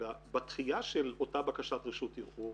בדחיה של אותה בקשת רשות ערעור